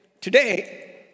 today